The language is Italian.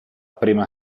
prima